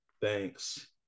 Thanks